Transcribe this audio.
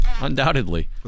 undoubtedly